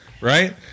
right